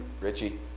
Richie